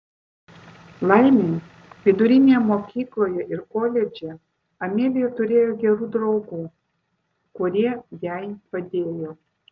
laimei vidurinėje mokykloje ir koledže amelija turėjo gerų draugų kurie jai padėjo